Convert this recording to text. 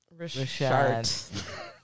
Rashad